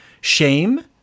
Shame